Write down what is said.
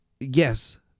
yes